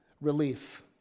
relief